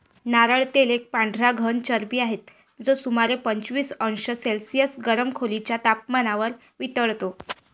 नारळ तेल एक पांढरा घन चरबी आहे, जो सुमारे पंचवीस अंश सेल्सिअस गरम खोलीच्या तपमानावर वितळतो